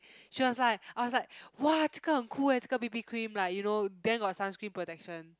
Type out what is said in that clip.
she was like I was like !wah! 这个很：zhe ge hen cool eh 这个：zhe ge B_B cream like you know then got sunscreen protection